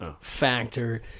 factor